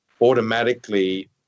automatically